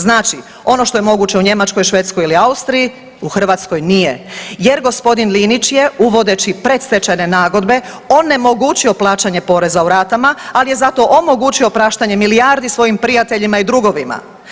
Znači, ono što je moguće u Njemačkoj, Švedskoj ili Austriji, u Hrvatskoj nije, jer gospodin Linić je uvodeći predstečajne nagodbe onemogućio plaćanje poreza u ratama, ali je zato omogućio praštanje milijardi svojim prijateljima i drugovima.